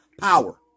power